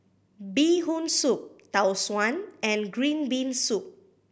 Bee Hoon Soup Tau Suan and green bean soup